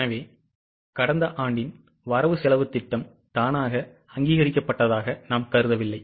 எனவே கடந்த ஆண்டின் வரவு செலவுத் திட்டம் தானாக அங்கீகரிக்கப்பட்டதாக நாம் கருதவில்லை